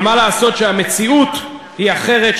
אבל מה לעשות שהמציאות היא אחרת,